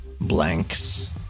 blanks